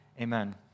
Amen